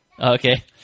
Okay